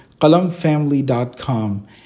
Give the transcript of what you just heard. QalamFamily.com